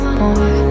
more